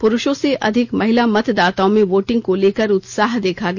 पुरूषों से अधिक महिला मतदाताओं में वोटिंग को लेकर उत्साह देखा गया